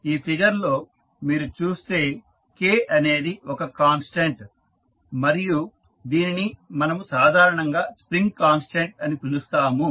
ఈ ఫిగర్ లో మీరు చూస్తే K అనేది ఒక కాన్స్టాంట్ మరియు దీనిని మనము సాధారణంగా స్ప్రింగ్ కాన్స్టాంట్ అని పిలుస్తాము